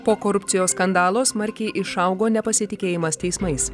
po korupcijos skandalo smarkiai išaugo nepasitikėjimas teismais